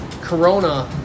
Corona-